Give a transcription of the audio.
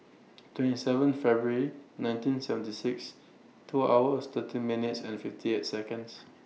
twenty seven February nineteen seventy six two hours thirteen minutes and fifty eight Seconds